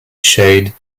shade